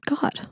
God